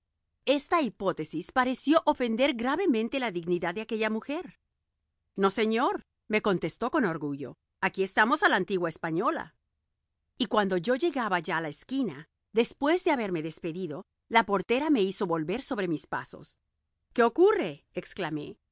esta hipótesis pareció ofender gravemente la dignidad de aquella mujer no señor me contestó con orgullo aquí estamos a la antigua española y cuando yo llegaba ya a la esquina después de haberme despedido la portera me hizo volver sobre mis pasos qué ocurre exclamé